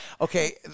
Okay